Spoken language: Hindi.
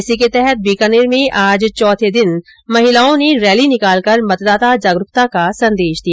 इसी के तहत बीकानेर में आज चौथे दिन महिलाओं ने रैली निकालकर मतदाता जागरूकता का संदेश दिया